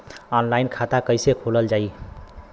Online खाता कईसे खोलल जाई?